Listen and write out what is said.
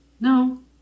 No